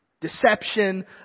Deception